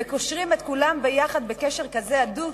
וקושרים את כולם ביחד בקשר כזה הדוק,